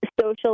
social